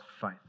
faith